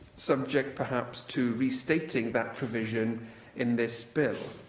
subject perhaps to restating that provision in this bill,